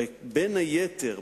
בין היתר,